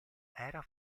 era